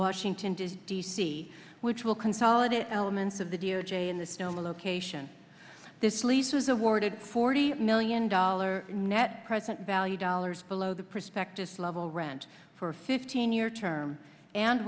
washington does d c which will consolidate elements of the d o j in the snow location this lease is awarded forty million dollars net present value dollars below the prospectus level rent for a fifteen year term and